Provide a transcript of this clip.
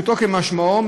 פשוטו כמשמעו,